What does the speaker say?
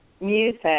music